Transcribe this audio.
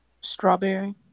Strawberry